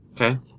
Okay